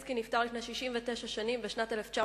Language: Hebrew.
ז'בוטינסקי נפטר לפני 69 שנים, בשנת 1940,